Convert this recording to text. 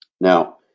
Now